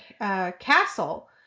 Castle